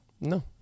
No